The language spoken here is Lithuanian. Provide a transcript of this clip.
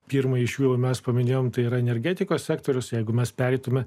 pirmąjį šių mes paminėjome tai yra energetikos sektorius jeigu mes pereitumėme